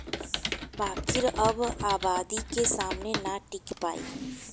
बाकिर अब आबादी के सामने ना टिकी पाई